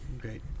Great